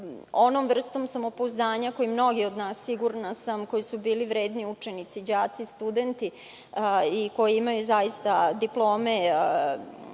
onom vrstom samopouzdanja koju mnogi od nas, sigurna sam, koji su bili vredni učenici, đaci, studenti i koji imaju diplome